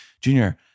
Junior